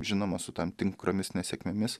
žinoma su tam tinkromis nesėkmėmis